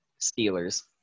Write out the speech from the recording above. Steelers